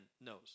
knows